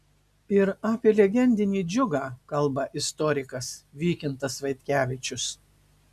ir apie legendinį džiugą kalba istorikas vykintas vaitkevičius